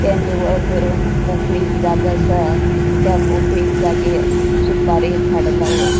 ते निवळ करून मोकळी जागा आसा त्या मोकळी जागेर सुपारी झाडां लावप